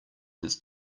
his